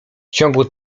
ciągu